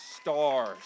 stars